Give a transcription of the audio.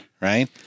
Right